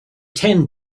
ten